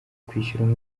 kwishyura